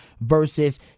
versus